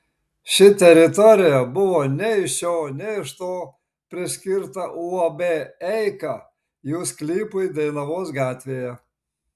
ši teritorija buvo nei iš šio nei iš to priskirta uab eika jų sklypui dainavos gatvėje